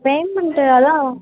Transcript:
payment எல்லாம்